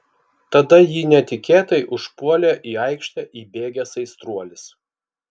tada jį netikėtai užpuolė į aikštę įbėgęs aistruolis